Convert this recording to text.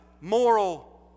moral